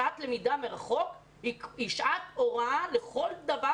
שעת למידה מרחוק היא שעת הוראה לכל דבר